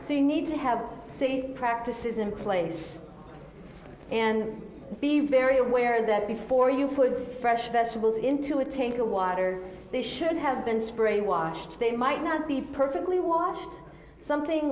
you need to have sea practices in place and be very aware that before you food fresh vegetables into it take a water they should have been spray washed they might not be perfectly washed something